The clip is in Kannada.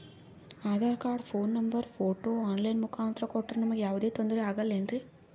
Aadhaar card, phone number, photo online ಮುಖಾಂತ್ರ ಕೊಟ್ರ ನಮಗೆ ಯಾವುದೇ ತೊಂದ್ರೆ ಆಗಲೇನ್ರಿ?